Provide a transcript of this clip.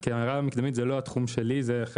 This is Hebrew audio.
ואף אחד לא חולק על זה.